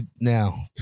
Now